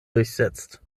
durchsetzt